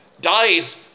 dies